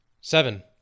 Seven